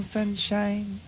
Sunshine